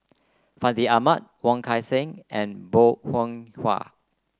Fandi Ahmad Wong Kan Seng and Bong Hiong Hwa